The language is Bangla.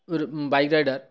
O bike rider